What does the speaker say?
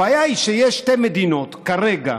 הבעיה היא שיש שתי מדינות כרגע,